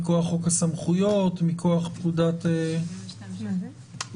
מכוח חוק הסמכויות, מכוח פקודת בריאות העם?